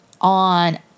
on